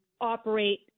operate